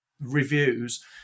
reviews